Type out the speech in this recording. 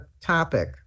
topic